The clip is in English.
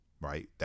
right